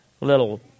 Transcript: little